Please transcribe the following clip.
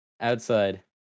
Outside